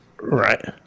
Right